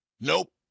Nope